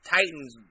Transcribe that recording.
Titans